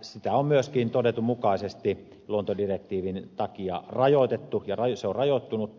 sitä on myöskin todetun mukaisesti luontodirektiivin takia rajoitettu ja se on rajoittunutta